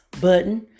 button